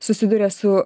susiduria su